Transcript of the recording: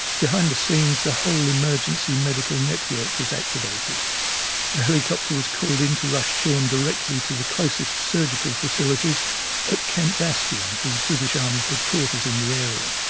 behind the scenes, the whole emergency medical network was activated. a helicopter was called in to rush shaun directly to the closest surgical facilities at camp bastion, the british army headquarters in the area.